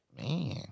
Man